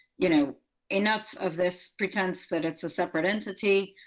you know enough of this pretense that it's a separate entity.